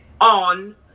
on